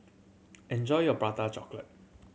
enjoy your Prata Chocolate